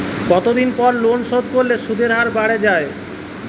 কতদিন পর লোন শোধ করলে সুদের হার বাড়ে য়ায়?